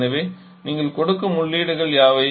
எனவே நீங்கள் கொடுக்கும் உள்ளீடுகள் யாவை